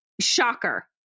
Shocker